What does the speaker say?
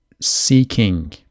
seeking